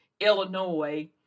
Illinois